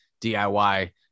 DIY